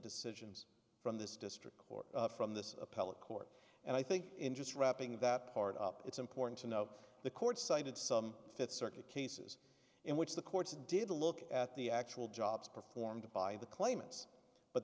decisions from this district court from this appellate court and i think in just wrapping that part up it's important to know the court cited some fifth circuit cases in which the courts did look at the actual jobs performed by the claimants but